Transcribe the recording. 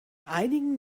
einigen